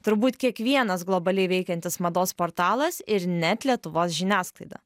turbūt kiekvienas globaliai veikiantis mados portalas ir net lietuvos žiniasklaida